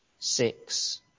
Six